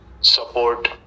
support